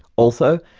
also,